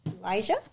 Elijah